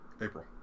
April